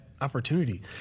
opportunity